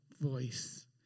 voice